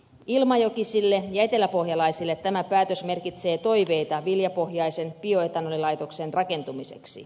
ilmajokisille ja eteläpohjalaisille tämä päätös merkitsee toiveita viljapohjaisen bioetanolilaitoksen rakentamisesta